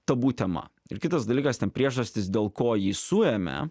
tabu tema ir kitas dalykas ten priežastys dėl ko jį suėmė